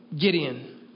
Gideon